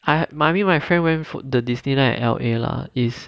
I my me my friend went for the disneyland in L_A lah it's